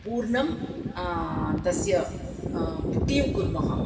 पूर्णं तस्य पुटीकुर्मः